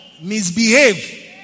misbehave